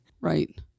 Right